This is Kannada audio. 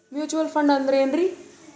ಮ್ಯೂಚುವಲ್ ಫಂಡ ಅಂದ್ರೆನ್ರಿ?